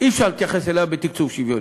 אי-אפשר להתייחס אליה בתקצוב שוויוני.